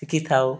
ଶିଖିଥାଉ